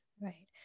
Right